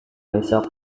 besok